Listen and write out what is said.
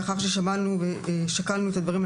לאחר ששמענו ושקלנו את הדברים,